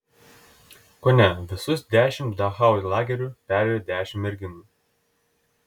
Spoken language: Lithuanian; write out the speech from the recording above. kone visus dešimt dachau lagerių perėjo dešimt merginų